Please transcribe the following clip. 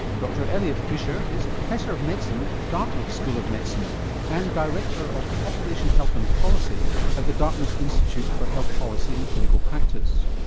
dr elliott fisher is professor of medicine at dartmouth school of medicine and director of population health and policy at the dartmouth institute for health policy and clinical practice.